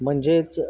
म्हणजेच